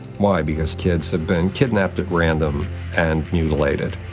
why? because kids have been kidnapped at random and mutilated.